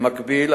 במקביל,